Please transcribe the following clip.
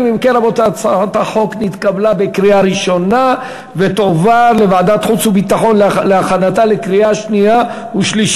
ההצעה להעביר את הצעת חוק תשלום קצבאות לחיילי מילואים ולבני